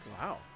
Wow